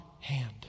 hand